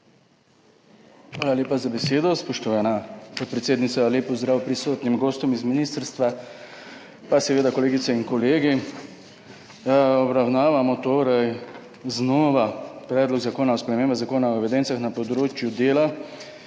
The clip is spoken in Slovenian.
Hvala lepa za besedo, spoštovana podpredsednica. Lep pozdrav prisotnim gostom z ministrstva in seveda kolegicam in kolegom! Obravnavamo torej znova Predlog zakona o spremembah Zakona o evidencah na področju dela